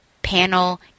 panel